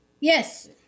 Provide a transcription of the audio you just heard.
Yes